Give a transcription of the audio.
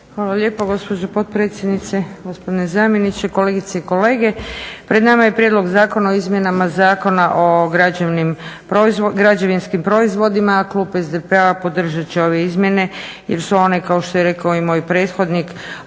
Hvala lijepa gospođo potpredsjednice, gospodine zamjeniče, kolegice i kolege. Pred nama je Prijedlog zakona o izmjenama Zakona o građevinskim proizvodima, klub SDP-a podržat će ove izmjene jer su one kao što je rekao i moj prethodnik